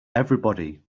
everybody